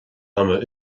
ama